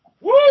Woo